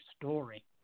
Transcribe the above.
story